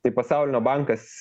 tai pasaulio bankas